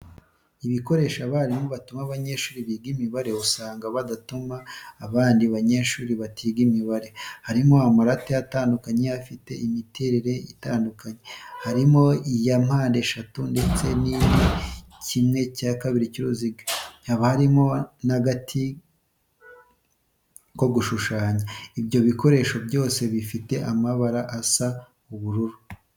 Ibikoresho abarimu batuma abanyeshuri biga imibare, usanga badatuma abandi banyeshuri batiga imibare, harimo amarate atandukanye afite imiterere itandukanye, harimo iya mpandeshatu ndetse n'indi ya kimwe cya kabiri cy'uruziga. Haba barimo n'agati ko gushushanya, ibyo bikoresho byose bifite amabara asa ubururu.